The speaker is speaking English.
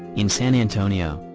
in san antonio,